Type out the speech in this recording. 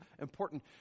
important